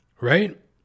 right